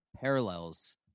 parallels